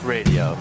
Radio